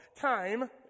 time